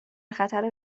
خطر